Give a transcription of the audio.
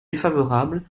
défavorables